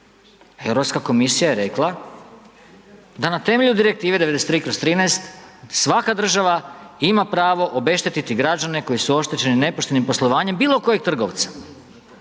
Europska komisija je rekla da na temelju Direktive 93/13 svaka država ima pravo obeštetiti građane koji su oštećeni nepoštenim poslovanjem bilo kojeg trgovca.